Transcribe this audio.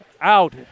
out